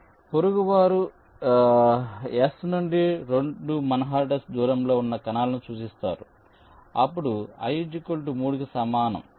కాబట్టి పొరుగువారు S నుండి 2 మాన్హాటన్ దూరంలో ఉన్న కణాలను సూచిస్తారు అప్పుడు i 3 కి సమానం